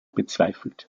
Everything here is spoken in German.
bezweifelt